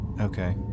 okay